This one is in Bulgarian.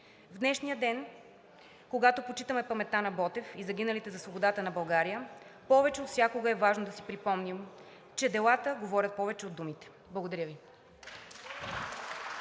В днешния ден, когато почитаме паметта на Ботев и загиналите за свободата на България, повече от всякога е важно да си припомним, че делата говорят повече от думите. Благодаря Ви.